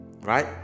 right